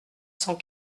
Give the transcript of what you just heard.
cent